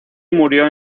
murió